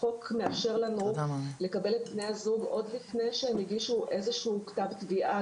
החוק מאשר לנו לקבל את בני הזוג עוד לפני שהם הגישו כתב תביעה,